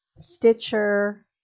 Stitcher